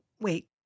wait